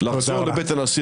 -- לחזור לבית הנשיא,